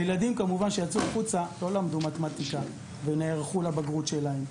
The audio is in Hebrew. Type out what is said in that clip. הילדים שיצאו החוצה כמובן לא למדו מתמטיקה ונערכו לבגרות שלהם,